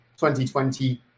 2020